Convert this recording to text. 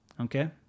okay